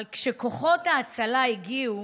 אבל כשכוחות ההצלה הגיעו